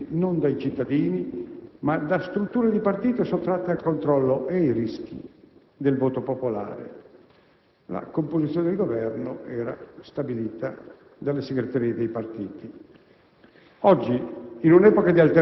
i Governi erano scelti non dai cittadini, ma da strutture di partito sottratte al controllo e ai rischi del voto popolare, la composizione del Governo era stabilita dalle segreterie dei partiti.